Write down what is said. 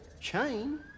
chain